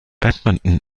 badminton